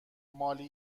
مالی